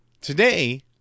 Today